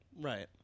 Right